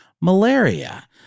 malaria